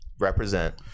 represent